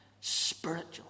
spiritual